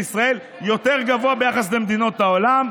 בישראל יותר גבוהים ביחס למדינות העולם.